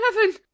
heaven